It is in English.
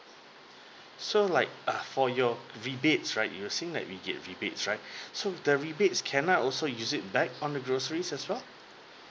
so like uh for your rebates right you're saying that we get rebates right so the rebates can I also use it back on the groceries as well